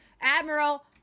Admiral